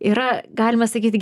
yra galima sakyt